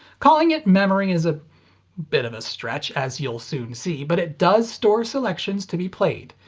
calling it memory is a bit of a stretch, as you'll soon see, but it does store selections to be played.